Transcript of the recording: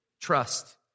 Trust